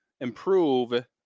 improve